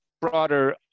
broader